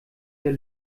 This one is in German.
der